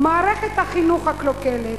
מערכת החינוך הקלוקלת,